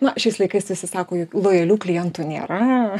na šiais laikais visi sako lojalių klientų nėra